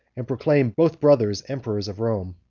and proclaimed both brothers emperors of rome.